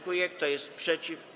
Kto jest przeciw?